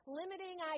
limiting